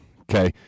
okay